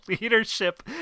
leadership